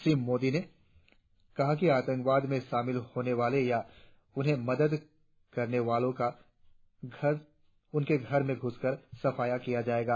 श्री मोदी ने कहा कि आतंकवाद मे शामिल होने वाले या उन्हें मदद करने वालों का उनके घर में घूसकर सफाया किया जाएगा